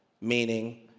meaning